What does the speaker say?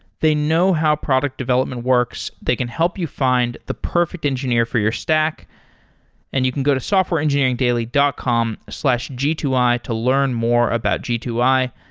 they know how product development works. they can help you find the perfect engineer for your stack and you can go to softwareengineeringdaily dot com slash g two i to learn more about g two i.